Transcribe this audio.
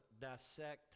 dissect